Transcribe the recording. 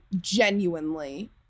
genuinely